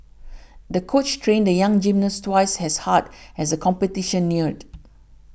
the coach trained the young gymnast twice as hard as the competition neared